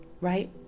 right